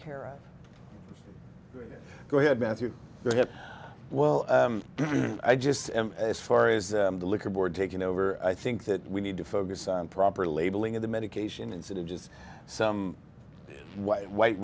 care of go ahead matthew well i just as far as the liquor board taking over i think that we need to focus on proper labeling of the medication instead of just some white white